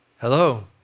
hello